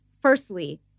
Firstly